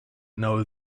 know